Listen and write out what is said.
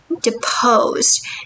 deposed